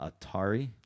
Atari